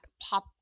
pop